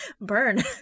Burn